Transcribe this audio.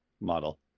model